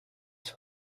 sur